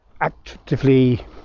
actively